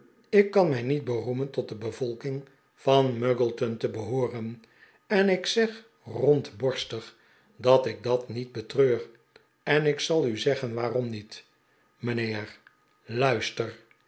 ik kan mij niet beroemen tot de be vo iking van muggleton te behooren en ik zeg rondborstig dat ik dat niet betreur en ik zal u zeggen waarom niet mijnheer luister